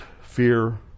fear